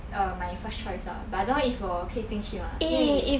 err my first choice lah but I don't know if 我可以进去 mah 因为